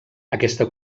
aquesta